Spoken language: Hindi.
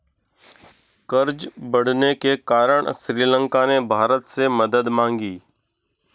कर्ज बढ़ने के कारण श्रीलंका ने भारत से मदद मांगी